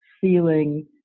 feeling